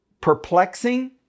perplexing